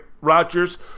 Rodgers